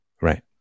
right